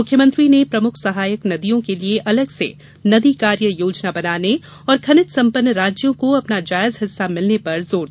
मुख्यमंत्री ने प्रमुख सहायक नदियों के लिये अलग से नदी कार्य योजना बनाने और खनिज संपन्न राज्यों को अपना जायज हिस्सा मिलने पर जोर दिया